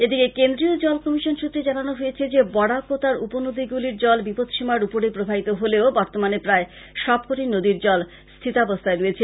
এদিকে কেন্দ্রীয় জল কমিশন সূত্রে জানানো হয়েছে যে বরাক ও তার উপনদী গুলির জল বিপদসীমার উপরে প্রবাহিত হলেও বর্তমানে প্রায় সব কটি নদীর জল প্রায় স্থিতাবস্থায় রয়েছে